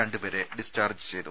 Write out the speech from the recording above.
രണ്ട് പേരെ ഡിസ്ചാർജ് ചെയ്തു